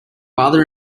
father